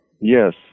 Yes